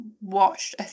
watched